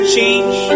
change